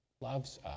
loves